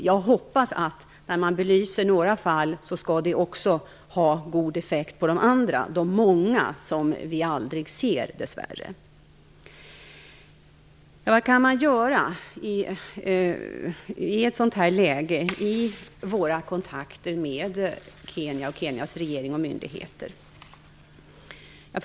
När man belyser några fall hoppas jag att det också skall ha god effekt på de många andra som vi dess värre aldrig ser. Vad kan vi då göra i ett sådant här läge genom våra kontakter med Kenyas regering och myndigheter?